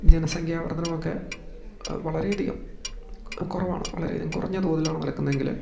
ജനസംഖ്യാ വർധനവൊക്കെ വളരെ അധികം കു റവാണ് വളരെ അധികം കുറഞ്ഞ തോതിലാണ് നടക്കുന്നതെങ്കിൽ